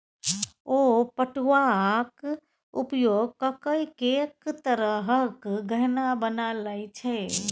ओ पटुआक उपयोग ककए कैक तरहक गहना बना लए छै